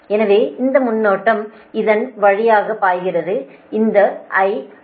எனவே இந்த மின்னோட்டம் இதன் வழியாகப் பாய்கிறது இந்த I I